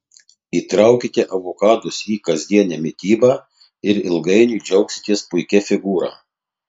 įtraukite avokadus į kasdienę mitybą ir ilgainiui džiaugsitės puikia figūra